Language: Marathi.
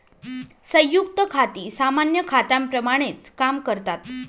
संयुक्त खाती सामान्य खात्यांप्रमाणेच काम करतात